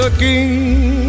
Looking